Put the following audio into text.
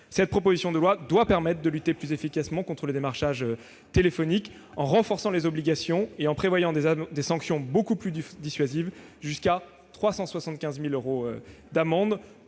Cette proposition de loi doit permettre de lutter plus efficacement contre le démarchage téléphonique en renforçant les obligations et en prévoyant des sanctions beaucoup plus dissuasives, jusqu'à 375 000 euros d'amende,